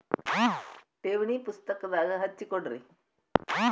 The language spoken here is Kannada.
ಠೇವಣಿ ಪುಸ್ತಕದಾಗ ಹಚ್ಚಿ ಕೊಡ್ರಿ